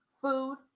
food